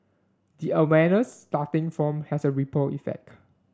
the awareness starting from has a ripple effect